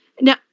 now